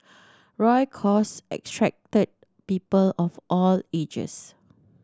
Roy cause attracted people of all ages